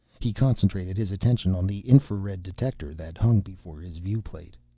he concentrated his attention on the infrared detector that hung before his viewplate.